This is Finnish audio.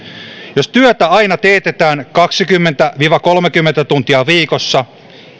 jos työtä aina teetetään kaksikymmentä viiva kolmekymmentä tuntia viikossa